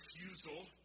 refusal